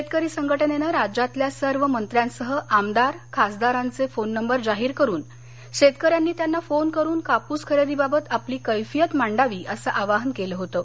शेतकरी संघटनेनं राज्यातल्या सर्व मंत्र्यासह आमदार खासदारांचे फोन नंबर जाहीर करुन शेतकऱ्यांनी त्यांना फोन करून कापूस खरेदी बाबत आपली कैफियत मांडावी असं आवाहन केलं होतं